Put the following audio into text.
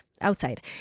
outside